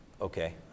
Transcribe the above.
Okay